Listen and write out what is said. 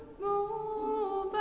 woo.